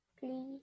Please